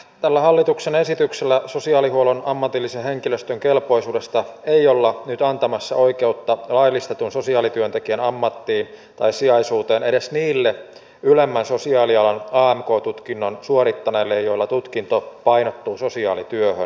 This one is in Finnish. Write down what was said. tällä hallituksen esityksellä sosiaalihuollon ammatillisen henkilöstön kelpoisuudesta ei olla nyt antamassa oikeutta laillistetun sosiaalityöntekijän ammattiin tai sijaisuuteen edes niille ylemmän sosiaalialan amk tutkinnon suorittaneille joilla tutkinto painottuu sosiaalityöhön